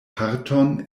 parton